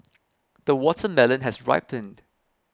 the watermelon has ripened